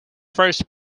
first